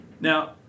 Now